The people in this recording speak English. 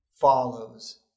follows